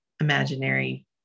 imaginary